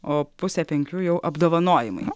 o pusę penkių jau apdovanojimai